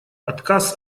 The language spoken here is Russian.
отказ